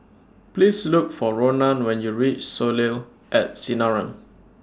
Please Look For Ronan when YOU REACH Soleil At Sinaran